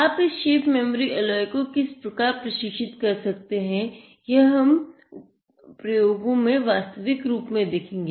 आप इस shape memory alloy को किस प्रकार प्रशिक्षित कर सकते हैं यह हम प्रयोगों में वास्तविक रूप में देखेंगे